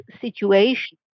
situation